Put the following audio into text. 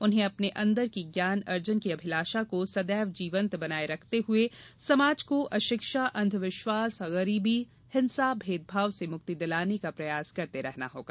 उन्हें अपने अंदर की ज्ञान अर्जन की अभिलाषा को सदैव जीवन्त बनाये रखते हए समाज को अशिक्षा अंध विश्वास गरीबी हिंसा भेदभाव से मुक्ति दिलाने का प्रयास करते रहना होगा